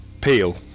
Peel